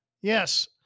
Yes